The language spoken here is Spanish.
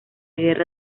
guerra